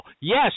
Yes